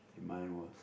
mine was